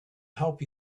help